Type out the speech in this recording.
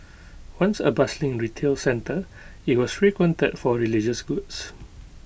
once A bustling retail centre IT was frequented for religious goods